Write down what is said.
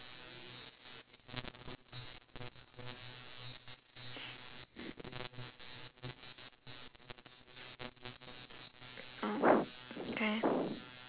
mm K